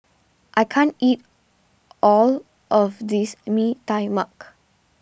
I can't eat all of this Mee Tai Mak